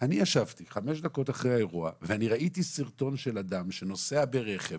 אני ישבתי חמש דקות אחרי האירוע ואני ראיתי סרטון של אדם שנוסע ברכב